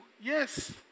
Yes